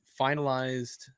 finalized